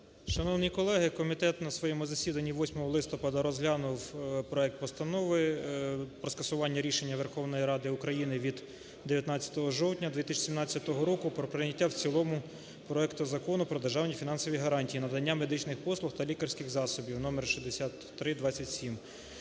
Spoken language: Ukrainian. Шановні колеги, комітет на своєму засіданні 8 листопада розглянув проект Постанови про скасування рішення Верховної Ради України від 19 жовтня 2017 року про прийняття в цілому проекту Закону "Про державні фінансові гарантії надання медичних послуг та лікарських засобів, номер 6327.